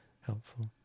helpful